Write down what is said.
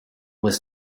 was